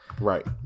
right